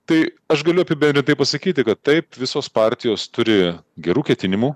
tai aš galiu apibendrintai pasakyti kad taip visos partijos turi gerų ketinimų